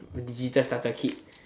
digital starter kit